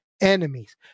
enemies